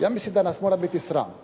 Ja mislim da nas mora biti sram,